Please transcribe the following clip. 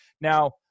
Now